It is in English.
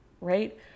right